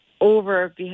over